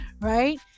right